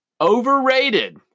Overrated